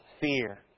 fear